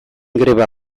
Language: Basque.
greba